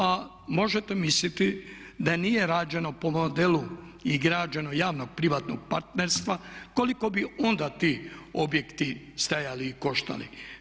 A možete misliti da nije rađeno po modelu i građeno javno-privatnog partnerstva koliko bi onda ti objekti stajali i koštali.